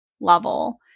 level